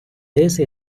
this